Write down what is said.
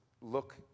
look